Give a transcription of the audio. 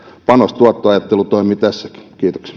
panos tuotto ajattelu toimii tässäkin